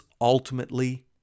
ultimately